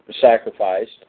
sacrificed